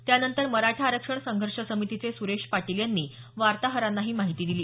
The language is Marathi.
त्यानंतर मराठा आरक्षण संघर्ष समितीचे सुरेश पाटील यांनी वार्ताहरांना ही माहिती दिली